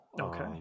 Okay